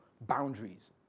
boundaries